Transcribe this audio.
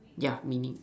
yeah meaning